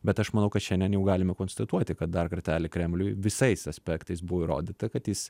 bet aš manau kad šiandien jau galime konstatuoti kad dar kartelį kremliui visais aspektais buvo įrodyta kad jis